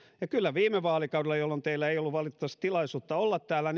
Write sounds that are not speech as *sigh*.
kyllä viime vaalikaudella jolloin teillä ei ollut valitettavasti tilaisuutta olla täällä *unintelligible*